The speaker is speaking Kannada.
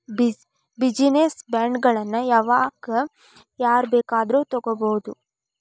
ಬಿಜಿನೆಸ್ ಬಾಂಡ್ಗಳನ್ನ ಯಾವಾಗ್ ಯಾರ್ ಬೇಕಾದ್ರು ತಗೊಬೊದು?